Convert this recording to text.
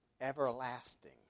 everlasting